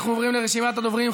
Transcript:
אנחנו עוברים לרשימת הדוברים.